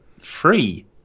Free